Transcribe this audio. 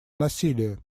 насилия